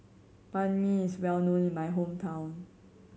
Banh Mi is well known in my hometown